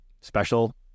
special